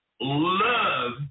love